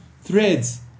threads